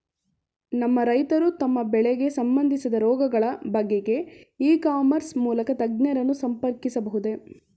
ನಮ್ಮ ರೈತರು ತಮ್ಮ ಬೆಳೆಗೆ ಸಂಬಂದಿಸಿದ ರೋಗಗಳ ಬಗೆಗೆ ಇ ಕಾಮರ್ಸ್ ಮೂಲಕ ತಜ್ಞರನ್ನು ಸಂಪರ್ಕಿಸಬಹುದೇ?